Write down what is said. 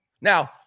Now